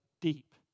deep